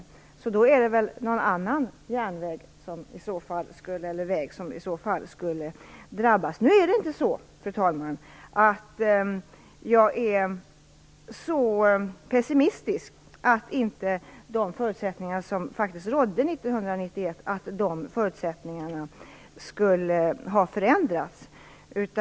I så fall skulle det bli någon annan järnväg eller väg som drabbades. Men, fru talman, jag är nu inte så pessimistisk att jag tror att de förutsättningar som rådde 1991 har förändrats.